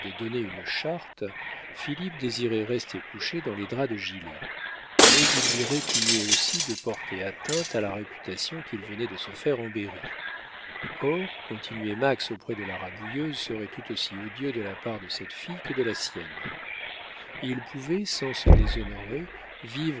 donner une charte philippe désirait rester couché dans les draps de gilet mais il lui répugnait aussi de porter atteinte à la réputation qu'il venait de se faire en berry or continuer max auprès de la rabouilleuse serait tout aussi odieux de la part de cette fille que de la sienne il pouvait sans se déshonorer